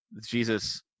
Jesus